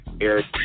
Eric